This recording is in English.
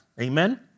Amen